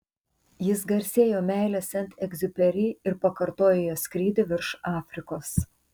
jis garsėjo meile sent egziuperi ir pakartojo jo skrydį virš afrikos